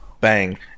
bang